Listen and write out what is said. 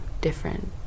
different